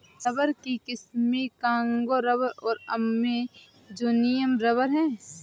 rubber की किस्में Congo rubber और अमेजोनियन रबर हैं